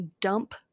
dump